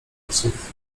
psów